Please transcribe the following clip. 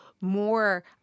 more